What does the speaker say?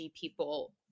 people